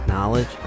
Knowledge